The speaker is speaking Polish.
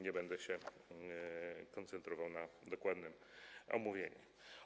Nie będę się koncentrował na dokładnym omówieniu.